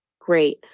Great